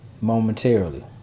momentarily